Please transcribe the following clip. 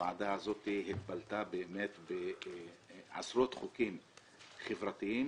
הוועדה הזאת התבלטה באמת בעשרות חוקים חברתיים.